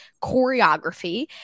choreography